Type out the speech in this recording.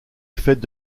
fête